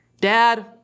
Dad